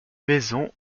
maison